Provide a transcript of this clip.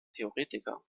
theoretiker